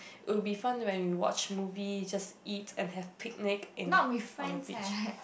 will be fun when you watch movie just eat and have picnic in on the beach